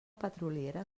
petroliera